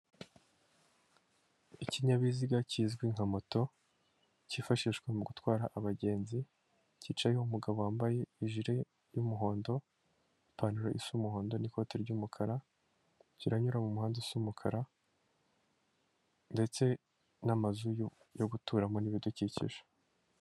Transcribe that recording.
Ikinyabiziga kizwi nka moto cyifashishwa mu gutwara abagenzi, cyicayeho umugabo wambaye ijire y'umuhondo, ipantaro isa umuhondo N'ikoti ry'umukara, kiranyura mu muhanda usa umukara, ndetse n'amazu yo guturamo n'ibidukikije.